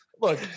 Look